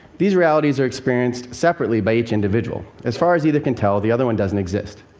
these realities are experienced separately by each individual. as far as either can tell, the other one doesn't exist.